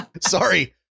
Sorry